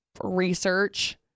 research